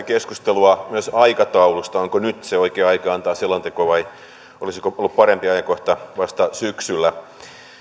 keskustelua myös aikataulusta onko nyt se oikea aika antaa selonteko vai olisiko ollut parempi ajankohta vasta syksyllä